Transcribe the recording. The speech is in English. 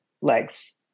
legs